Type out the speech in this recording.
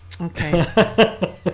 Okay